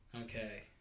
Okay